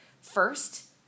First